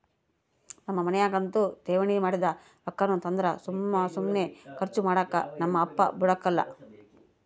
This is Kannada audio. ನಮ್ ಮನ್ಯಾಗಂತೂ ಠೇವಣಿ ಮಾಡಿದ್ ರೊಕ್ಕಾನ ತಂದ್ರ ಸುಮ್ ಸುಮ್ನೆ ಕರ್ಚು ಮಾಡಾಕ ನಮ್ ಅಪ್ಪ ಬುಡಕಲ್ಲ